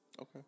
Okay